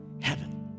heaven